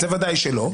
בוודאי שלא.